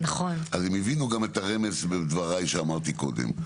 אז הם הבינו גם את הרמז בדבריי שאמרתי קודם.